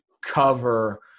cover